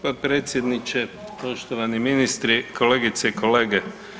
potpredsjedniče, poštovani ministri, kolegice i kolege.